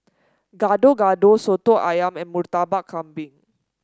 Gado Gado Soto ayam and Murtabak Kambing